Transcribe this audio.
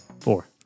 Four